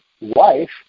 wife